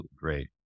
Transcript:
great